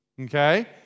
okay